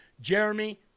Jeremy